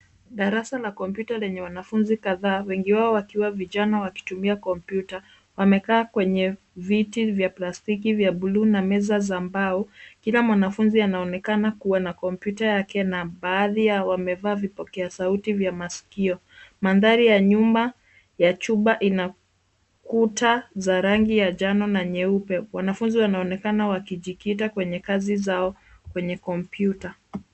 Darasa la kompyuta lenye wanafunzi kadhaa, wengi wao wakiwa vijana wakitumia kompyuta. Wamekaa kwenye viti vya plastiki vya buluu na meza za mbao. Kila mwanafunzi anaonekana kuwa na kompyuta yake na baadhi yao wamevaa vipokea sauti vya masikio. Mandhari ya nyuma ya chumba inakuta za rangi ya njano na nyeupe. Wanafunzi wanaonekana wakijikita kwenye kazi zao kwenye kompyuta.